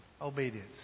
obedience